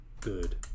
Good